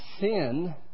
sin